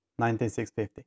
19650